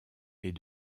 est